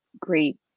great